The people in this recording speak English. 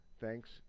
Thanks